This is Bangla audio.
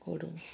করুন